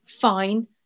fine